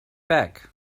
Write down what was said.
back